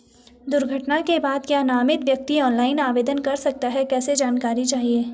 दुर्घटना के बाद क्या नामित व्यक्ति ऑनलाइन आवेदन कर सकता है कैसे जानकारी चाहिए?